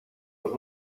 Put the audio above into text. los